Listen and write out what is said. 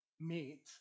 meet